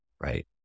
right